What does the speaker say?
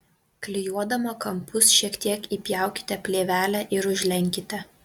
klijuodama kampus šiek tiek įpjaukite plėvelę ir užlenkite